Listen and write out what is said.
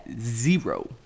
zero